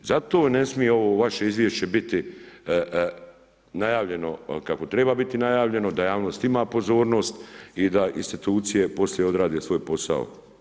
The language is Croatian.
Zato … smije ovo vaše izvješće biti najavljeno kako treba biti najavljeno, da javnost ima pozornost i da institucije poslije odrade svoj posao.